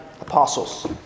apostles